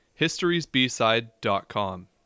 historiesbside.com